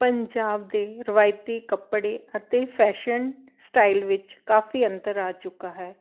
ਪੰਜਾਬ ਦੇ ਰਵਾਈਤੀ ਕੱਪੜੇ ਅਤੇ ਫ਼ੈਸ਼ਨ ਸਟਾਇਲ ਵਿੱਚ ਕਾਫੀ ਅੰਤਰ ਆ ਚੁੱਕਾ ਹੈ